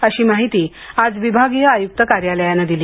अशी माहिती आज विभागीय आयूक्त कार्यालयानं दिली